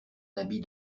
habit